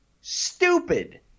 stupid